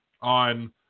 on